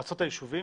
מועצות הישובים